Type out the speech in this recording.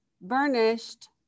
burnished